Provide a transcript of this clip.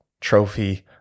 trophy